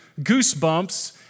goosebumps